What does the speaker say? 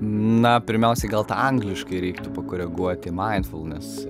na pirmiausia gal tą angliškai reiktų pakoreguoti maindfulnes